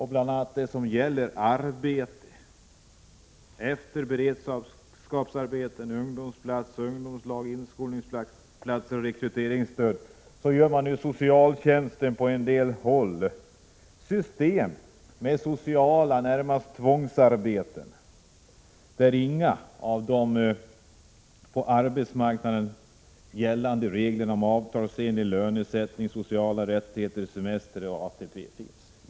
Utöver de som redan finns — beredskapsarbeten, ungdomsplatser, ungdomslag, inskolningsplatser och rekryteringsstöd — bygger socialtjänsten på en del håll nu upp system med något som närmast liknar sociala tvångsarbeten, där inga av de på arbetsmarknaden gällande reglerna om avtalsenlig lön, sociala rättigheter, semester och ATP tillämpas.